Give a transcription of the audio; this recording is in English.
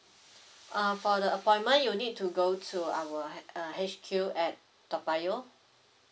uh for the appointment you need to go to our uh H_Q at toa payoh